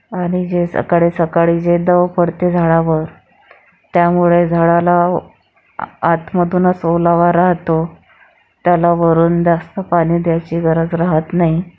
आणि जे सकाळी सकाळी जे दव पडते झाडावर त्यामुळे झाडाला आ आतमधूनच ओलावा राहतो त्याला वरून जास्त पाणी द्यायची गरज राहत नाही